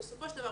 בסופו של דבר,